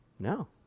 No